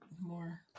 more